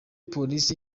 police